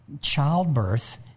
childbirth